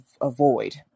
avoid